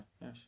yes